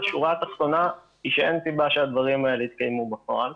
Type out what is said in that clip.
השורה התחתונה היא שאין סיבה שהדברים האלה יתקיימו בפועל,